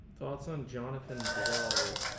thoughts on jonathan blow?